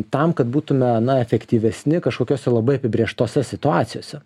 tam kad būtume na efektyvesni kažkokiose labai apibrėžtose situacijose